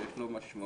שיש לו משמעויות